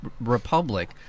republic